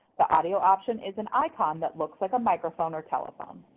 the audio option is an icon that looks like a microphone or telephone.